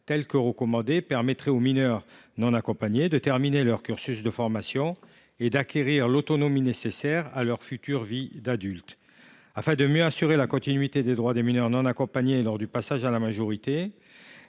elle le recommande, permettrait aux mineurs non accompagnés de terminer leur cursus de formation et d’acquérir l’autonomie nécessaire à leur future vie d’adulte. Afin de mieux assurer la continuité des droits des mineurs non accompagnés lors du passage à la majorité,